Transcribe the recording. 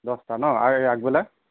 দহটা ন আই আগবেলা